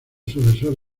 sucesor